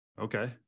Okay